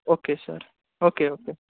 okay sir okay okay